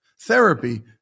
Therapy